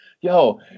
Yo